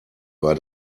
war